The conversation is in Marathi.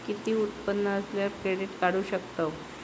किती उत्पन्न असल्यावर क्रेडीट काढू शकतव?